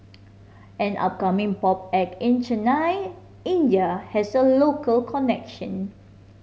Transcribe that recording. an upcoming pop act in Chennai India has a local connection